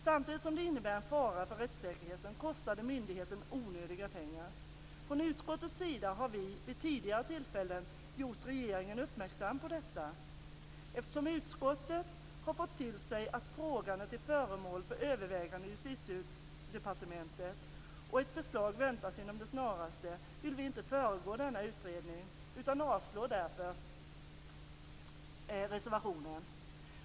Samtidigt som det innebär en fara för rättssäkerheten kostar det myndigheten onödiga pengar. Från utskottets sida har vi vid tidigare tillfällen gjort regeringen uppmärksam på detta. Eftersom utskottet har fått besked om att frågan är föremål för övervägande i Justitiedepartementet och ett förslag väntas snarast vill vi inte föregå denna utredning, utan vi vill därför att reservationen skall avslås.